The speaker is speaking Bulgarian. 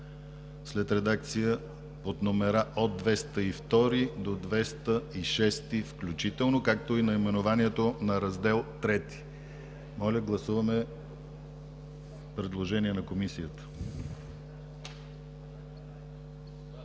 след редакция, под номера от 202 до 206 включително, както и наименованието на Раздел ІІІ. Моля, гласуваме предложение на Комисията.